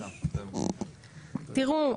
תראו,